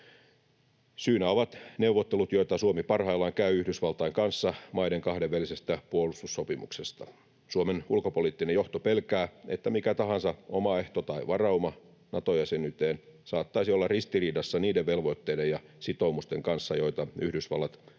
Syynä ovat neuvottelut, joita Suomi parhaillaan käy Yhdysvaltain kanssa maiden kahdenvälisestä puolustussopimuksesta. Suomen ulkopoliittinen johto pelkää, että mikä tahansa oma ehto tai varauma Nato-jäsenyyteen saattaisi olla ristiriidassa niiden velvoitteiden ja sitoumusten kanssa, joita Yhdysvallat haluaa